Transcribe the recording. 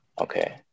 Okay